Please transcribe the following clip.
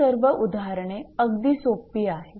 ही सर्व उदाहरणे अगदी सोपी आहेत